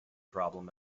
problem